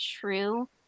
true